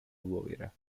loira